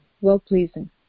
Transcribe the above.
well-pleasing